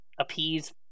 appease